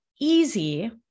easy